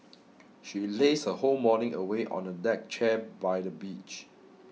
she lazed her whole morning away on a deck chair by the beach